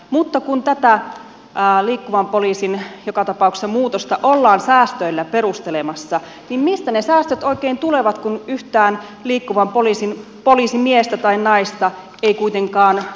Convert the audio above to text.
mutta kun joka tapauksessa tätä liikkuvan poliisin muutosta ollaan säästöillä perustelemassa niin mistä ne säästöt oikein tulevat kun yhtään liikkuvan poliisin poliisimiestä tai naista ei kuitenkaan poistu listoilta